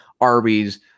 Arby's